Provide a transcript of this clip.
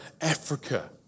Africa